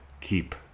Keep